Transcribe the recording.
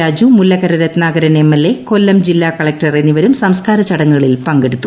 Raju Mullakkara Ratnakaran M L A Kollam ജില്ലാ collector എന്നിവരും സംസ്കാരച്ചടങ്ങുകളിൽ പങ്കെടുത്തു